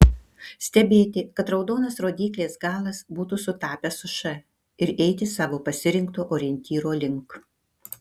stebėti kad raudonas rodyklės galas būtų sutapęs su š ir eiti savo pasirinkto orientyro link